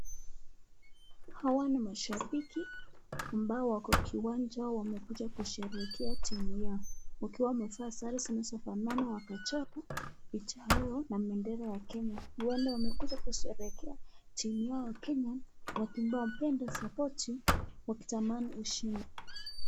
Hawa ni mashabiki ambao wako kiwanja wamekuja kusherehekea timu yao. Wakiwa wamevaa sare zinazofanana wakachora picha yao na bendera ya Kenya. Huenda wamekuja kusherehekea timu yao ya Kenya wanayoipenda support wakitamani ushindi.